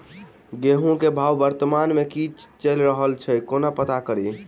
गेंहूँ केँ भाव वर्तमान मे की चैल रहल छै कोना पत्ता कड़ी?